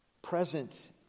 Present